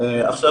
עכשיו,